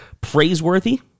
praiseworthy